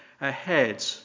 ahead